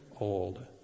old